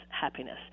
happiness